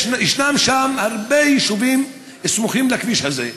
ישנם הרבה יישובים סמוכים לכביש הזה,